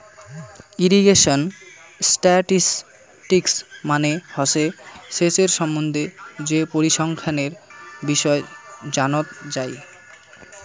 irrigation statistics মানে হসে সেচের সম্বন্ধে যে পরিসংখ্যানের বিষয় জানত যাই